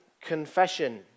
confession